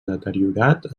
deteriorat